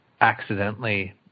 accidentally